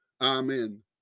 Amen